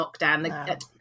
lockdown